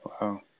Wow